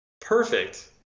perfect